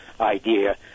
idea